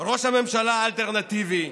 ראש הממשלה האלטרנטיבי,